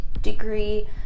degree